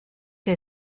que